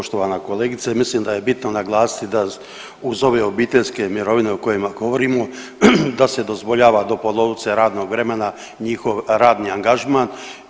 Poštovana kolegice, mislim da je bitno naglasiti da je uz ove obiteljske mirovine o kojima govorimo da se dozvoljava do polovice radnog vremena njihov radni angažman.